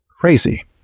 Crazy